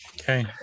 Okay